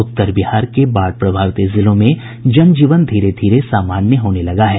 उत्तर बिहार के बाढ़ प्रभावित जिलों में जनजीवन धीरे धीरे सामान्य होने लगा है